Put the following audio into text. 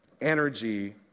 energy